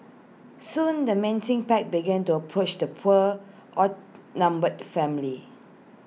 soon the menacing pack began to approach the poor outnumbered family